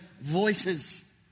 voices